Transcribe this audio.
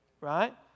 right